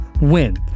win